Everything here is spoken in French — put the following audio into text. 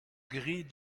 gris